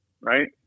right